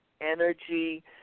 energy